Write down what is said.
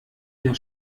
der